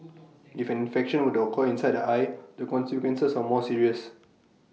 if an infection were to occur inside the eye the consequences are more serious